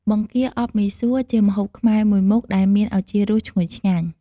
បង្គាអប់មីសួរជាម្ហូបខ្មែរមួយមុខដែលមានឱជារសឈ្ងុយឆ្ងាញ់។